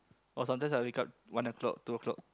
or sometimes I wake up one o-clock two o-clock